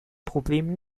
problem